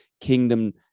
kingdom